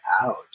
out